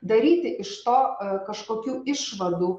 daryti iš to kažkokių išvadų